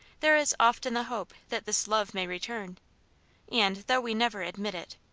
there is often the hope that this love may return and, though we never admit it,